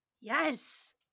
Yes